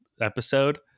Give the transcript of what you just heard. episode